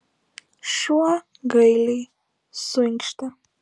šuo gailiai suinkštė